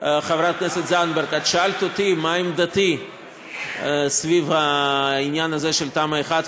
חברת הכנסת זנדברג מה עמדתי סביב העניין הזה של תמ"א 1,